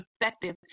effective